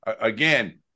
again